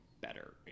better